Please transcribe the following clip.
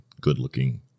good-looking